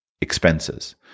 Expenses